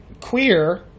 Queer